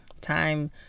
time